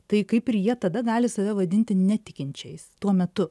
tai kaip ir jie tada gali save vadinti netikinčiais tuo metu